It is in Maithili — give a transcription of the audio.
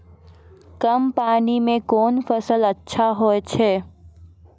कम पानी म कोन फसल अच्छाहोय छै?